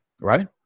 right